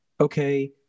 okay